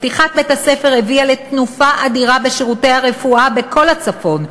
פתיחת בית-הספר הביאה לתנופה אדירה בשירותי הרפואה בכל הצפון,